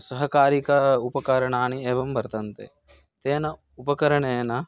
सहकारिक उपकरणानि एवं वर्तन्ते तेन उपकरणेन